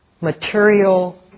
material